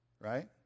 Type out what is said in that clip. Right